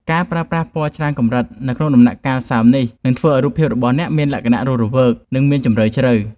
ការប្រើប្រាស់ពណ៌ច្រើនកម្រិតនៅក្នុងដំណាក់កាលសើមនេះនឹងធ្វើឱ្យរូបភាពរបស់អ្នកមានលក្ខណៈរស់រវើក និង មានជម្រៅជ្រៅ។